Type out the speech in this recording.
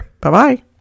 Bye-bye